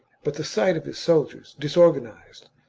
but the sight of his soldiers, disorganised